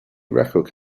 record